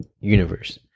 universe